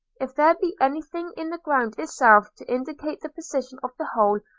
if there be anything in the ground itself to indicate the position of the hole,